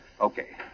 Okay